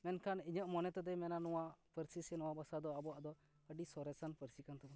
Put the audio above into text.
ᱢᱮᱱᱠᱷᱟᱱ ᱤᱧᱟᱹᱜ ᱢᱚᱱᱮ ᱛᱮᱫᱚᱭ ᱢᱮᱱᱟ ᱱᱚᱶᱟ ᱯᱟᱹᱨᱥᱤ ᱥᱮ ᱱᱚᱶᱟ ᱵᱷᱟᱥᱟ ᱫᱚ ᱟᱵᱚᱭᱟᱜ ᱫᱚ ᱟᱹᱰᱤ ᱥᱚᱨᱮᱥᱟᱱ ᱯᱟᱹᱨᱥᱤ ᱠᱟᱱ ᱛᱟᱵᱚᱱᱟ